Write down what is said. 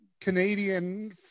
Canadian